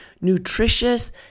nutritious